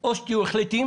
או שתהיו החלטיים